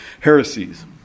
heresies